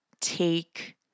take